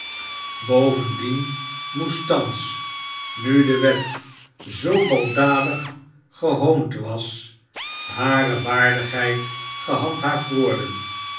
bovendien moest thans nu de wet zoo baldadig gehoond was hare waardigheid gehandhaafd worden